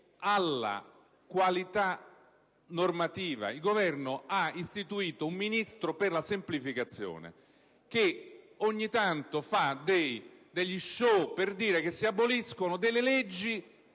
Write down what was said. alla qualità normativa. Il Governo ha previsto un Ministro per la semplificazione che ogni tanto fa degli *show* per dire che si aboliscono delle leggi